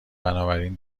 بنابراین